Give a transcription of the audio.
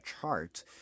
chart